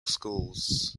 schools